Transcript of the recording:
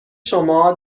شما